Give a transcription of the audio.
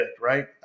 right